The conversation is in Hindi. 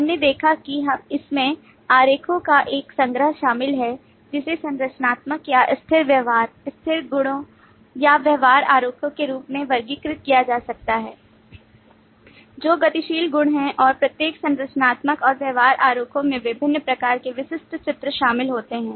हमने देखा कि इसमें आरेखों का एक संग्रह शामिल है जिसे संरचनात्मक या स्थिर व्यवहार स्थिर गुणों या व्यवहार आरेखों के रूप में वर्गीकृत किया जा सकता है जो गतिशील गुण हैं और प्रत्येक संरचनात्मक और व्यवहार आरेखों में विभिन्न प्रकार के विशिष्ट चित्र शामिल होते हैं